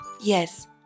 Yes